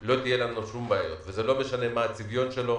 לא תהיה לנו שום בעיה, ולא משנה מה הצביון שלו.